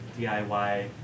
DIY